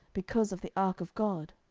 because of the ark of god.